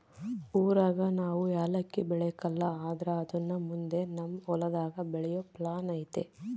ಊರಾಗ ನಾವು ಯಾಲಕ್ಕಿ ಬೆಳೆಕಲ್ಲ ಆದ್ರ ಅದುನ್ನ ಮುಂದೆ ನಮ್ ಹೊಲದಾಗ ಬೆಳೆಯೋ ಪ್ಲಾನ್ ಐತೆ